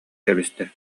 кэбистэ